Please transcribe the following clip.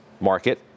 market